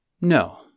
No